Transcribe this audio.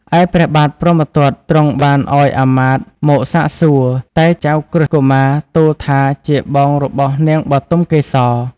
ឯព្រះបាទព្រហ្មទត្តទ្រង់បានឱ្យអាមាត្យមកសាកសួរ តែចៅក្រឹស្នកុមារទូលថាជាបងរបស់នាងបុទមកេសរ។